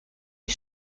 die